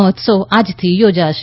મહીત્સવ આજથી યોજાશે